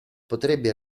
potrebbe